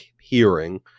hearing